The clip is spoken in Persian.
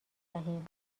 دهیم